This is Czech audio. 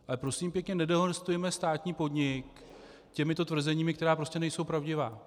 Ale prosím pěkně, nedehonestujme státní podnik těmito tvrzeními, která prostě nejsou pravdivá.